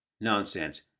nonsense